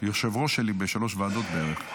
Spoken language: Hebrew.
יושב-ראש שלי בשלוש ועדות בערך.